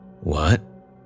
What